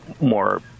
more